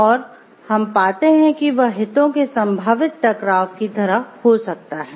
और हम पाते हैं कि वह हितों के संभावित टकराव की तरह हो सकता है